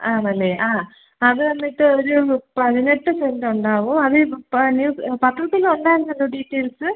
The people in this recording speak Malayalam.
ആണല്ലേ ആ അത് വന്നിട്ട് ഒരു പതിനെട്ട് സെൻ്റുണ്ടാവും അതിപ്പം പത്രത്തിൽ ഉണ്ടായിരുന്നല്ലൊ ഡീറ്റെയിൽസ്